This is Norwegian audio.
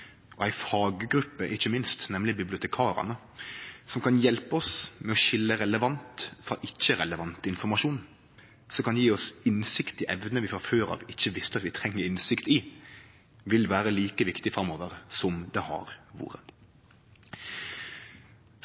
ikkje minst ei faggruppe, nemleg bibliotekarane, som kan hjelpe oss med å skilje relevant frå ikkje relevant informasjon, og som kan gje oss innsikt i evner vi frå før av ikkje visste at vi trong innsikt i, vil vere like viktig framover som det har vore.